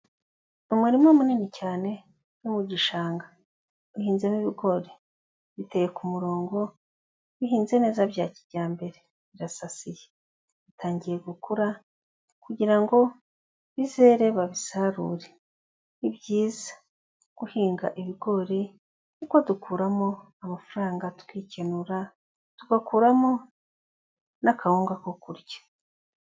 Umurima munini cyane; ni mu gishanga, uhinzemo ibigori biteye ku murongo, bihinze neza bya kijyambere, birasasiye, bitangiye gukura kugirango ngo bizere babisarure. Ni byiza guhinga ibigori kuko dukuramo amafaranga tukikenura tugakuramo n'akawunga ko kurya.